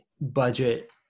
budget